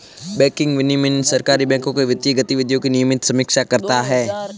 banking विनियमन सहकारी बैंकों के वित्तीय गतिविधियों की नियमित समीक्षा करता है